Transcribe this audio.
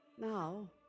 Now